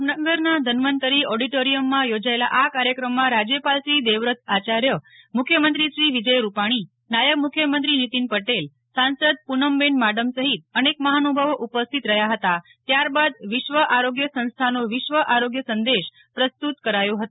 જામનગરનાં ઘનવંતરી ઓડીટોરીયમે માં યોજાયેલી આ કાર્યક્રમમાં રાજ્યપાલશ્રી દેવવ્રત આચાર્યમુખ્યમંત્રીશ્રી વિજય રૂપાણી નાર્યબ મુખ્યમંત્રીશ્રી નીતિન પંટેલ સાસંદ પુનમબેન માડમ સહિત અનેક મફાનુભાવો ઉપસ્થિત રહ્યા હતા ત્યારબાદ વિશ્વ આરોગ્ય સંસ્થા નો વિશ્વ આરોગ્ય સંદેશ પ્રસ્તુત કરાયો હતો